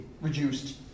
reduced